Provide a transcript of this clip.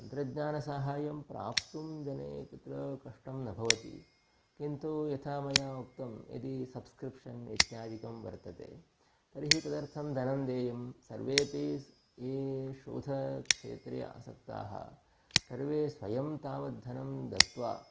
तन्त्रज्ञानसाहाय्यं प्राप्तुं जने तत्र कष्टं न भवति किन्तु यथा मया उक्तं यदि सब्स्क्रिप्शन् इत्यादिकं वर्तते तर्हि तदर्थं धनं देयं सर्वेऽपि ये शोधक्षेत्रे आसक्ताः सर्वे स्वयं तावद्धनं दत्वा